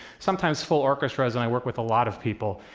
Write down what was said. sometimes full orchestras, and i work with a lot of people,